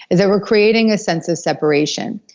is that we're creating a sense of separation.